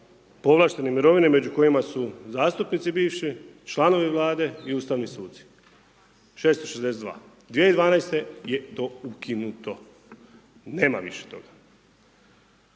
povlaštenih mirovina, među kojima su zastupnici bivši, članovi Vlade i ustavni suci, 662. 2012. je to ukinuto. Nema više toga.